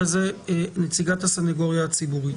אחרי זה נציגת הסנגוריה הציבורית.